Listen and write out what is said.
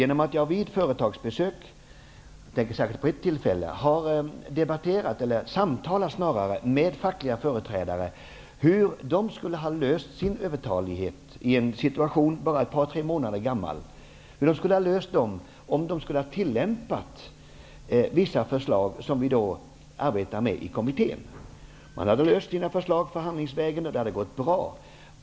Vid ett företagsbesök -- jag tänker särskilt på ett tillfälle -- samtalade jag med fackliga företrädare om hur de skulle ha löst problemet med övertalighet i en situation som rådde för bara två, tre månader sedan om de skulle ha tillämpat vissa förslag som vi arbetar med i kommittén. De hade löst problemet förhandlingsvägen, och det hade gått bra.